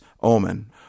omen